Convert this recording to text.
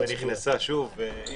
אני